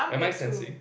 am I sensi~